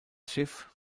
schiff